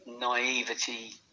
naivety